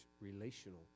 relational